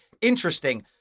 interesting